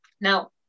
Now